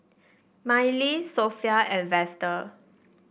Mylee Sophia and Vester